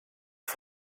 het